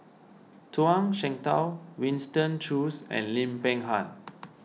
Zhuang Shengtao Winston Choos and Lim Peng Han